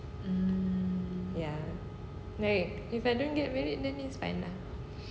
ya if I don't get married then it's fine lah